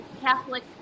Catholic